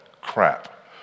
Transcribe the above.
crap